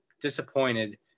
disappointed